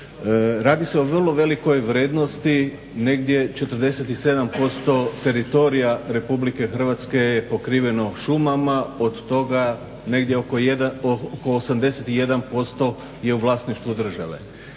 Radi se o vrlo velikoj vrednosti, negdje 47% teritorija Republike Hrvatske je pokriveno šumama. Od toga negdje oko 81% je u vlasništvu države.